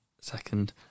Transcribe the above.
Second